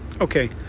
Okay